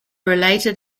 related